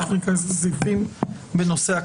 תכף ניכנס לסעיפים בנושא הקטין.